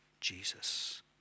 Jesus